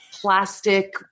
plastic